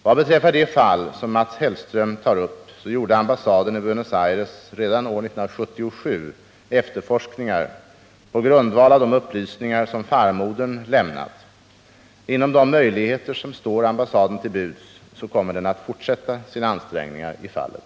Vad beträffar det fall som Mats Hellström tar upp gjorde ambassaden i Buenos Aires redan år 1977 efterforskningar på grundval av de upplysningar som farmodern lämnat. Inom ramen för de möjligheter som står ambassaden till buds kommer den att fortsätta sina ansträngningar i fallet.